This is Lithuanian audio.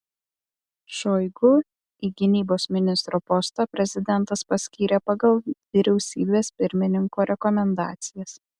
šoigu į gynybos ministro postą prezidentas paskyrė pagal vyriausybės pirmininko rekomendacijas